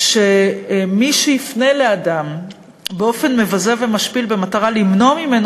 שמי שיפנה לאדם באופן מבזה ומשפיל במטרה למנוע ממנו